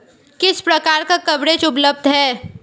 किस प्रकार का कवरेज उपलब्ध है?